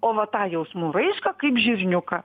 o va tą jausmų raišką kaip žirniuką